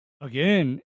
again